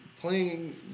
playing